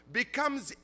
becomes